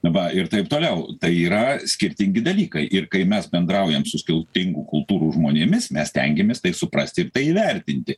va ir taip toliau tai yra skirtingi dalykai ir kai mes bendraujam su skirtingų kultūrų žmonėmis mes stengiamės tai suprasti ir tai įvertinti